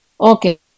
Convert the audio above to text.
Okay